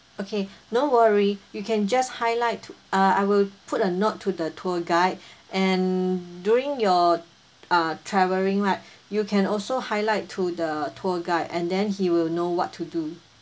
okay no worry you can just highlight to uh I will put a note to the tour guide and during your uh travelling right you can also highlight to the tour guide and then he will know what to do